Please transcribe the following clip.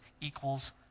equals